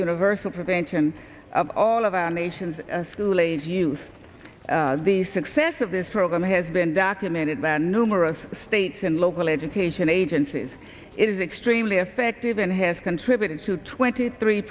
universal prevention of all of our nation's school aged youth the success of this program has been documented by numerous states and local education agencies is extremely effective and has contributed to twenty three